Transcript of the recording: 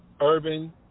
urban